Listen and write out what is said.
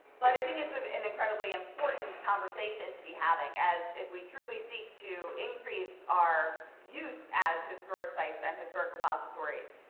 but i think it's an incredibly important conversation to be having as if we truly seek to increase our use as historic sites and historic repositories,